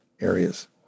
areas